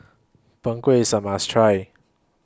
Png Kueh IS A must Try